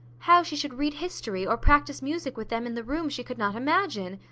how she should read history, or practise music with them in the room, she could not imagine,